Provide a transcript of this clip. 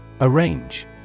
Arrange